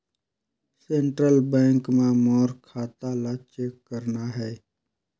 Central bank मां मोर खाता ला चेक करना हे?